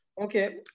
okay